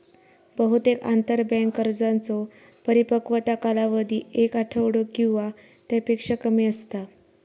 बहुतेक आंतरबँक कर्जांचो परिपक्वता कालावधी एक आठवडो किंवा त्यापेक्षा कमी असता